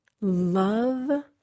love